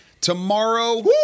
tomorrow